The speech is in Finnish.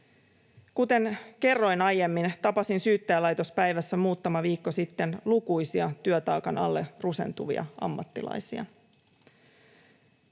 Kuten kerroin aiemmin, tapasin Syyttäjälaitospäivässä muutama viikko sitten lukuisia työtaakan alle rusentuvia ammattilaisia.